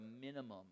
minimum